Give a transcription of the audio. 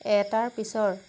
এটাৰ পিছৰ